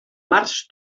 març